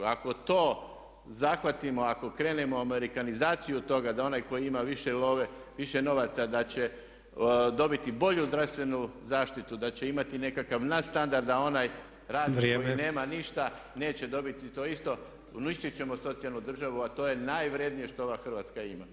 Ako to zahvatimo, ako krenemo u amerikanizaciju toga da onaj koji ma više love, više novaca da će dobiti bolju zdravstvenu zaštitu, da će imati nekakav nad standarda onaj rad koji nema ništa, neće dobiti to isto, uništiti ćemo socijalnu državu a to je najvrednije što ova Hrvatska ima.